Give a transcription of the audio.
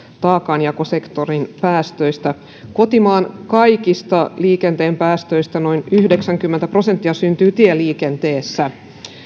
taakanjakosektorin päästöistä kotimaan kaikista liikenteen päästöistä noin yhdeksänkymmentä prosenttia syntyy tieliikenteessä